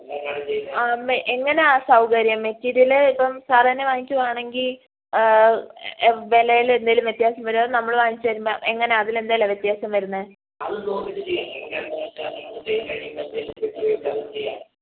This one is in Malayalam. ആ എങ്ങനാണ് സൗകര്യം മെറ്റീര്യല് ഇപ്പം സാറന്നെ വാങ്ങിക്കുവാണെങ്കിൽ വിലയിൽ എന്തേലും വ്യത്യാസം വരുവോ അത് നമ്മൾ വാങ്ങിച്ചു വരുമ്പം എങ്ങനാണ് അതിലെന്തേലാ വ്യത്യാസം വരുന്നത്